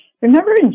remember